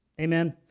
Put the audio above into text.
Amen